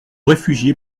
réfugiés